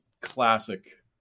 classic